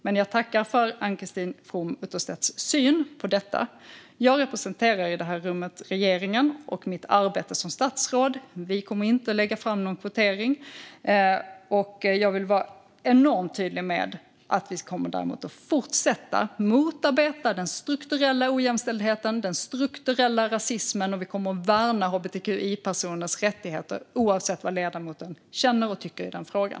Men jag tackar för Ann-Christine From Utterstedts syn på detta. Jag representerar i det här rummet regeringen och mitt arbete som statsråd. Vi kommer inte att lägga fram förslag om någon kvotering. Jag vill dock vara enormt tydlig med att vi kommer att fortsätta motarbeta den strukturella ojämställdheten och den strukturella rasismen och med att vi kommer att värna hbtqi-personers rättigheter oavsett vad ledamoten känner och tycker i den frågan.